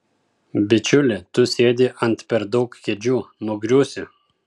bičiuli tu sėdi ant per daug kėdžių nugriūsi